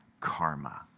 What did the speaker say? karma